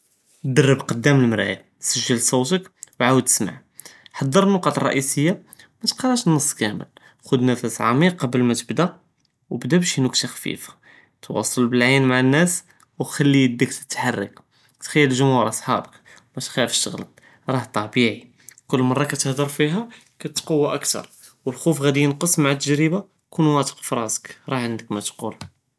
דרב קדאם אלמראת, سجיל סוטכ ו עאוד סמע, ח'צר אלנקאט אלראשיה, מתקראש אלנוס כמל, ח'וד נפס עמיק קבל מא תבדה, ו בדה בשי נקתה ח'פיפה, תואצל באלאין מע אלנאס, ו חלّي ידכ תתחרק, תחיל אלג'ומہور סחאבכ, מתחאפש תגלט, ראה טבעי, קול מרה קתהדר פיה, קתקווה אכתר, ו אלכופ גאדי ינקס מע אלתג'רבה, קן ותק פראסק, ראה ענדכ מה תגול.